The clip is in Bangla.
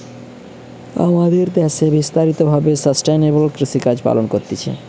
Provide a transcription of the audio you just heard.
আমাদের দ্যাশে বিস্তারিত ভাবে সাস্টেইনেবল কৃষিকাজ পালন করতিছে